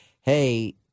hey